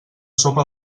sopa